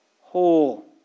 whole